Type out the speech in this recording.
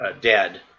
dead